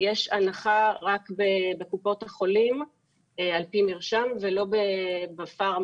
יש הנחה רק בקופות החולים על פי מרשם ולא בפארמה,